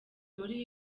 muri